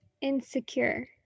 insecure